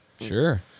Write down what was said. Sure